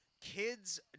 Kids